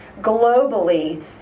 globally